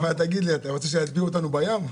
תגיד לי, אתה רוצה שיטביעו אותנו בים?...